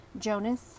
Jonas